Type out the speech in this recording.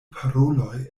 paroloj